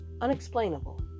unexplainable